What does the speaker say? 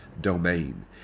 domain